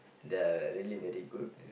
the really very good